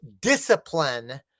discipline